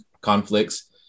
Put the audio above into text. conflicts